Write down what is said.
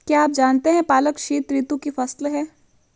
क्या आप जानते है पालक शीतऋतु की फसल है?